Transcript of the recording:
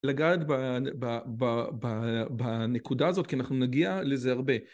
לגעת בנקודה הזאת, כי אנחנו נגיע לזה הרבה.